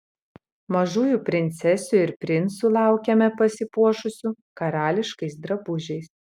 mažųjų princesių ir princų laukiame pasipuošusių karališkais drabužiais